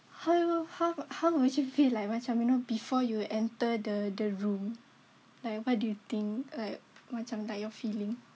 how how how would you feel like macam you know before you enter the the room like what do you think like macam like your feeling